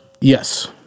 Yes